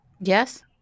Yes